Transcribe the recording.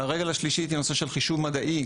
הרגל השלישית היא נושא של חישוב מדעי.